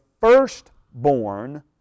firstborn